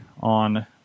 on